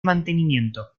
mantenimiento